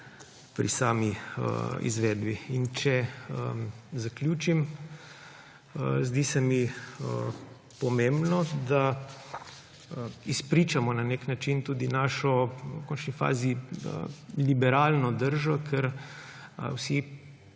pri sami izvedbi. In če zaključim, zdi se mi pomembno, da izpričamo na nek način tudi našo v končni fazi liberalno držo, ker vse